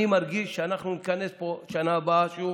אני מרגיש שאנחנו נתכנס פה בשנה הבאה שוב,